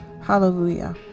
Hallelujah